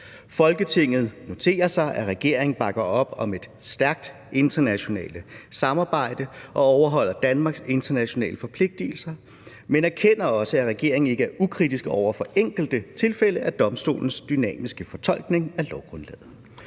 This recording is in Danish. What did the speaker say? Folketinget noterer sig, at regeringen bakker op om et stærkt internationalt samarbejde og overholder Danmarks internationale forpligtigelser, men erkender også, at regeringen ikke er ukritisk over for enkelte tilfælde af domstolens dynamiske fortolkning af lovgrundlaget.